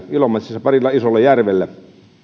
ilomantsissa parilla isolla järvellä